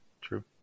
true